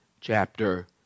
chapter